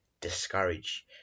discourage